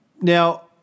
Now